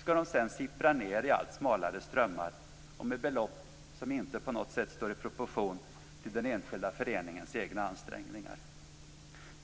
skall de sedan sippra ner i allt smalare strömmar och med belopp som inte på något sätt står i proportion till den enskilda föreningens egna ansträngningar.